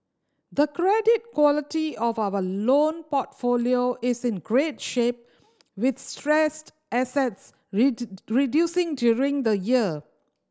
the credit quality of our loan portfolio is in great shape with stressed assets reducing during the year